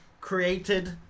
created